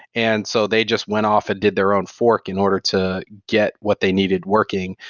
and so they just went off and did their own fork in order to get what they needed working.